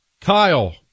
Kyle